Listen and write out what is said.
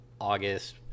August